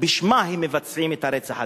ובשמה הם מבצעים את הרצח הזה.